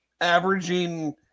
averaging